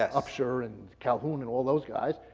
upshur, and calhoun and all those guys.